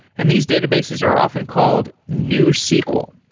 and these databases are often called newsql.